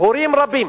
הורים רבים